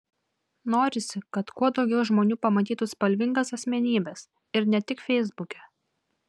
norisi kad kuo daugiau žmonių pamatytų spalvingas asmenybes ir ne tik feisbuke